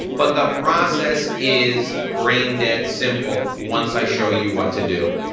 but the process is brain-dead simple once i show you what to do.